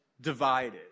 divided